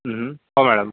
हो मॅडम